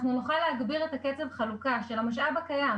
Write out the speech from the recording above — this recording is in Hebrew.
אנחנו נוכל להגביר את קצב החלוקה של המשאב הקיים